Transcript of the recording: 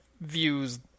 views